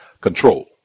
Control